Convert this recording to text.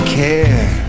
care